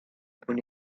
when